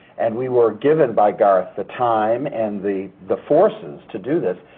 and we were given by garth the time and the the forces to do this,